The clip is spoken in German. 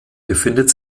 befindet